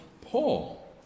Paul